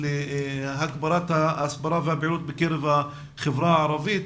להגברת ההסברה והפעילות בקרב החברה הערבית